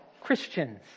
Christians